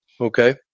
Okay